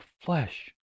flesh